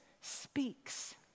speaks